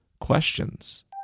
questions